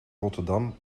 rotterdam